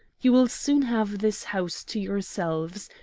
you will soon have this house to yourselves.